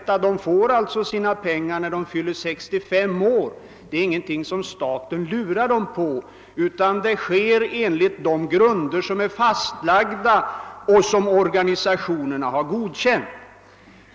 Telefonis terna får alltså sina pengar, när de fyller 65 år — det är ingenting som staten lurar dem på — och det sker enligt de grunder som är fastlagda och som organisationerna har godkänt.